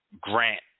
Grant